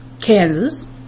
Kansas